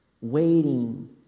waiting